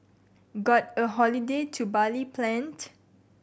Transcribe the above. got a holiday to Bali planned